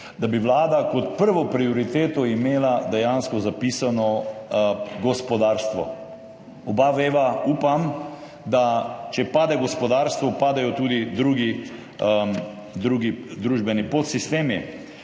imela kot prvo prioriteto dejansko zapisano gospodarstvo. Oba veva, upam, da če pade gospodarstvo, padejo tudi drugi družbeni podsistemi.